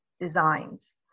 designs